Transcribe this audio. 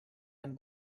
and